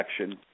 action